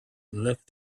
left